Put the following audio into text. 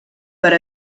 per